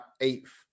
eighth